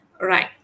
right